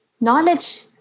knowledge